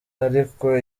ariko